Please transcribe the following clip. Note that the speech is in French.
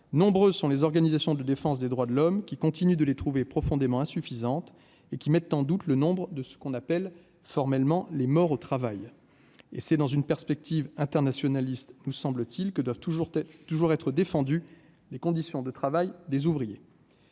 nombreuses sont les organisations de défense des droits de l'homme, qui continue de les trouver profondément insuffisantes et qui mettent en doute le nombres de ce qu'on appelle formellement les morts au travail et c'est dans une perspective internationaliste, nous semble-t-il, que doivent toujours tu es toujours être défendue, les conditions de travail des ouvriers